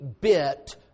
bit